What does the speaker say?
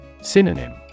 Synonym